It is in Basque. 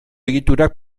egiturak